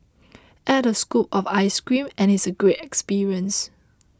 add a scoop of ice cream and it's a great experience